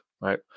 right